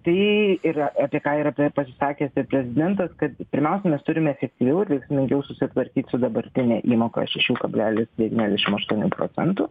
tai yra apie ką yra pasisakęs ir prezidentas kad pirmiausia mes turime efektyviau ir veiksmingiau susitvarkyt su dabartine įmoka šešių kabelis devyniasdešimt aštuonių ptocentų